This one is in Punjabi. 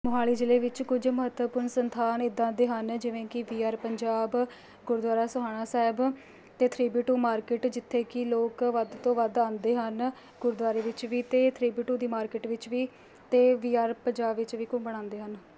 ਮੋਹਾਲੀ ਜ਼ਿਲ੍ਹੇ ਵਿੱਚ ਕੁਝ ਮਹੱਤਵਪੂਰਨ ਸਥਾਨ ਇੱਦਾਂ ਦੇ ਹਨ ਜਿਵੇਂ ਕਿ ਵੀ ਆਰ ਪੰਜਾਬ ਗੁਰਦੁਆਰਾ ਸੋਹਾਣਾ ਸਾਹਿਬ ਅਤੇ ਥ੍ਰੀ ਬੀ ਟੂ ਮਾਰਕੀਟ ਜਿੱਥੇ ਕਿ ਲੋਕ ਵੱਧ ਤੋਂ ਵੱਧ ਆਉਂਦੇ ਹਨ ਗੁਰਦੁਆਰੇ ਵਿੱਚ ਵੀ ਅਤੇ ਥ੍ਰੀ ਬੀ ਟੂ ਦੀ ਮਾਰਕੀਟ ਵਿੱਚ ਵੀ ਅਤੇ ਵੀ ਆਰ ਪੰਜਾਬ ਵਿੱਚ ਵੀ ਘੁੰਮਣ ਆਉਂਦੇ ਹਨ